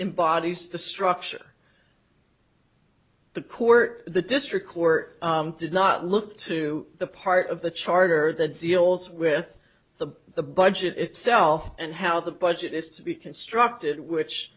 embodies the structure the court the district court did not look to the part of the charter that deals with the the budget itself and how the budget is to be constructed which